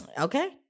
Okay